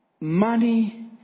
Money